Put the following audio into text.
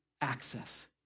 access